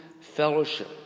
fellowship